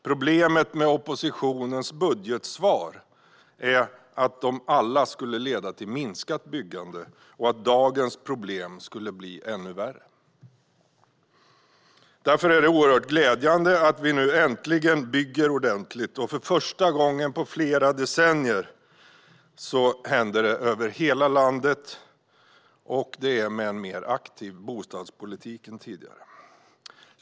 Problemet med oppositionens budgetsvar är att de alla skulle leda till minskat byggande och att dagens problem skulle bli ännu värre. Därför är det oerhört glädjande att vi nu äntligen bygger ordentligt. För första gången på flera decennier händer detta över hela landet, och det sker med en mer aktiv bostadspolitik än tidigare.